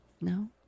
No